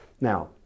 Now